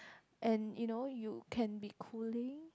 and you know you can be cooling